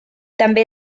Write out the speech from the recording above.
també